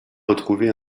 retrouver